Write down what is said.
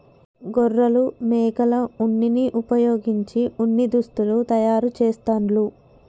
గొర్రెలు మేకల ఉన్నిని వుపయోగించి ఉన్ని దుస్తులు తయారు చేస్తాండ్లు